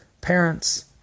parents